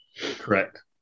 Correct